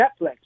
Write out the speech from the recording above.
Netflix